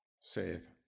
saith